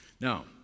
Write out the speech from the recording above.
Now